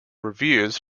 reviews